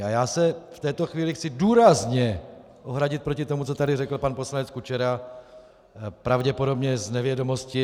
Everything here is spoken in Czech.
A já se v této chvíli chci důrazně ohradit proti tomu, co tady řekl pan poslanec Kučera pravděpodobně z nevědomosti.